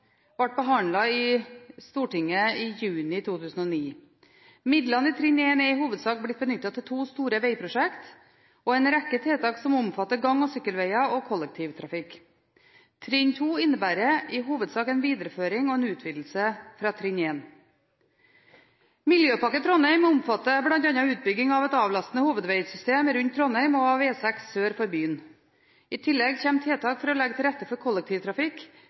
ble behandlet i Stortinget i juni 2009. Midlene i trinn 1 er i hovedsak blitt benyttet til to store vegprosjekter og en rekke tiltak som omfatter gang- og sykkelveger og kollektivtrafikk. Trinn 2 innebærer i hovedsak en videreføring og utvidelse av trinn 1. Miljøpakke Trondheim omfatter bl.a. utbygging av et avlastende hovedvegsystem rundt Trondheim og av E6 sør for byen. I tillegg kommer tiltak for å legge til rette for kollektivtrafikk,